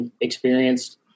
experienced